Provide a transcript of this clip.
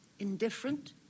Indifferent